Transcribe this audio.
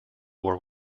war